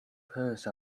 purse